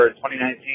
2019